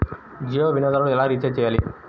జియో వినియోగదారులు ఎలా రీఛార్జ్ చేయాలి?